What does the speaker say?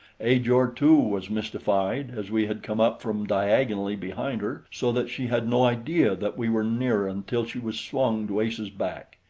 ajor, too, was mystified, as we had come up from diagonally behind her so that she had no idea that we were near until she was swung to ace's back.